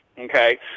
Okay